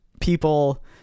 people